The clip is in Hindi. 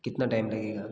कितना टाइम लगेगा